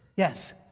Yes